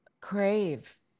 crave